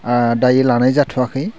दायो लानाय जाथ'वाखै